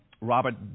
Robert